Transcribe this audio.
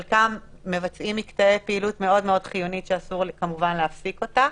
חלקם מבצעים מקטעי פעילות מאוד מאוד חיונית שאסור כמובן להפסיק אותה,